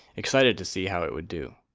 excited to see how it would do.